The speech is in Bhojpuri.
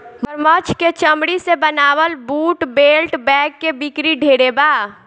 मगरमच्छ के चमरी से बनावल बूट, बेल्ट, बैग के बिक्री ढेरे बा